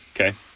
okay